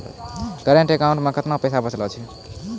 Current account मे केतना पैसा बचलो छै?